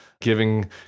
giving